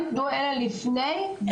ה-15% האלה פרוסים לאורך כל שעות ההילולה,